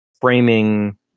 framing